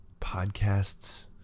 podcasts